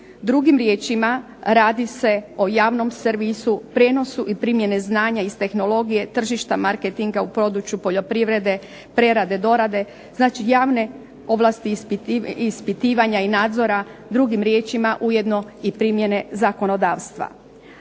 Drugim riječima, radi se o javnom servisu prijenosu i primjene znanja iz tehnologije tržišta marketinga u području poljoprivrede, prerade, dorade, znači javne ovlasti ispitivanja i nadzora, drugim riječima ujedno i primjene zakonodavstva.